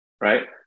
right